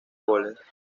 goles